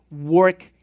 work